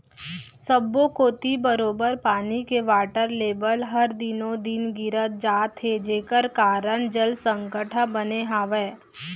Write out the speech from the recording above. सब्बो कोती बरोबर पानी के वाटर लेबल हर दिनों दिन गिरत जात हे जेकर कारन जल संकट ह बने हावय